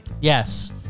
Yes